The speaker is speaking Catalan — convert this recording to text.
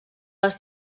les